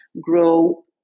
grow